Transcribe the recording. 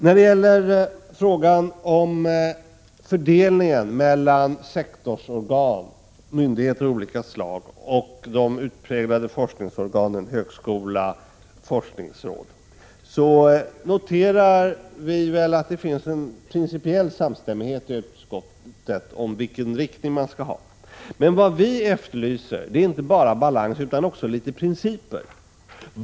Beträffande frågan om fördelningen mellan sektorsorgan, myndigheter av olika slag och de utpräglade forskningsorganen högskolan och forskningsrådet noterar vi att det finns en principiell samstämmighet i utskottet om vilken riktning man skall ha. Vi efterlyser inte bara balans utan också principer.